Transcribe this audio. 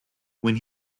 when